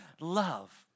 love